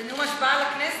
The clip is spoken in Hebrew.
זה נאום השבעה לכנסת?